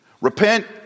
Repent